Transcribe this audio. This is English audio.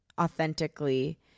authentically